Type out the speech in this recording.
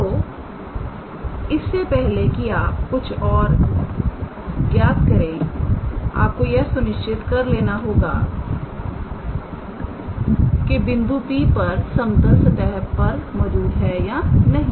तो इससे पहले कि आप कुछ और ज्ञात करें आपको यह सुनिश्चित कर लेना होगा कि बिंदु P समतल सतह पर मौजूद है या नहीं